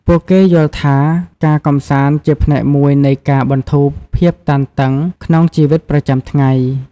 ពួកគេយល់ថា ការកម្សាន្តជាផ្នែកមួយនៃការបន្ធូរភាពតានតឹងក្នុងជីវិតប្រចាំថ្ងៃ។